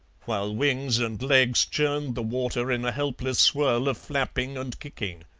while wings and legs churned the water in a helpless swirl of flapping and kicking.